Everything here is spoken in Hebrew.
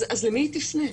אז למי היא תפנה?